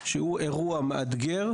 שהוא אירוע מאתגר,